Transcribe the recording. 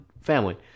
family